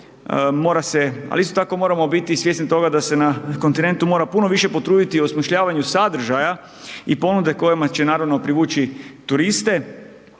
ali isto tako moramo biti svjesni toga da se kontinentu mora puno više potruditi u osmišljavanju sadržaja i ponude kojima će naravno privući turiste.